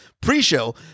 pre-show